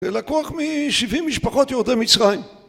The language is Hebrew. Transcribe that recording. זה לקוח משבעים משפחות יהודי מצרים